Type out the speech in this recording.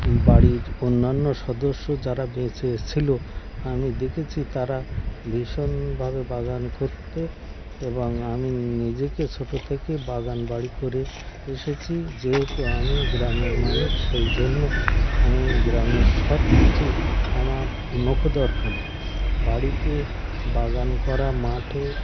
বাড়ির অন্যান্য সদস্য যারা বেঁচে ছিল আমি দেখেছি তারা ভীষণভাবে বাগান করতে এবং আমি নিজেকে ছোট থেকে বাগান বাড়ি করে এসেছি যেহেতু আমি গ্রামের মানুষ সেই জন্য আমি গ্রামের সব কিছু আমার নখদর্পনে বাড়িতে বাগান করা মাঠে